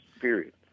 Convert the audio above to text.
period